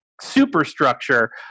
superstructure